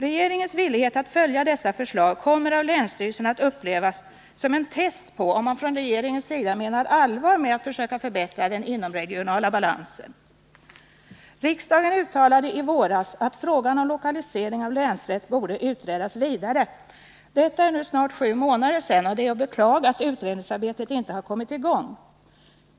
Regeringens villighet att följa dessa förslag kommer av länsstyrelserna att upplevas som en test på om regeringen menar allvar med det som sägs om att man skall försöka förbättra den inomregionala balansen. Riksdagen uttalade i våras att frågan om lokalisering av länsrätt borde utredas vidare. Det är nu snart sju månader sedan och det är att beklaga att utredningsarbetet inte har kommit i gång.